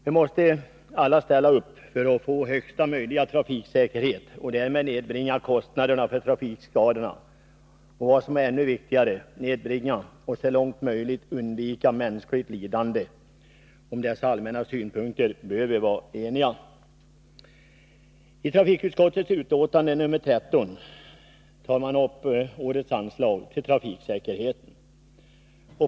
Nu måste alla ställa upp för att vi skall få högsta möjliga trafiksäkerhet och därmed kunna nedbringa kostnaderna för trafikskadorna och, vad som är ännu viktigare, minska och så mycket som möjligt undvika mänskligt lidande. När det gäller dessa allmänna synpunkter bör vi kunna vara eniga. I trafikutskottets betänkande nr 13 behandlas årets anslag för trafiksäkerheten.